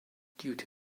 duty